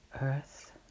earth